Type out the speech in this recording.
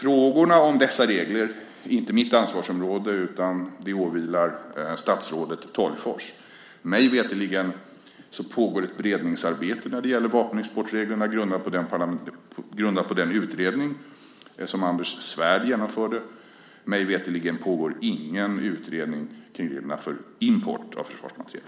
Frågorna om dessa regler är inte mitt ansvarsområde, utan åvilar statsrådet Tolgfors. Mig veterligen pågår ett beredningsarbete när det gäller vapenexportreglerna, grundat på den utredning som Anders Svärd genomförde. Mig veterligen pågår ingen utredning kring reglerna för import av försvarsmateriel.